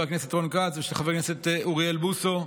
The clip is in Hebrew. הכנסת רון כץ ושל חבר הכנסת אוריאל בוסו.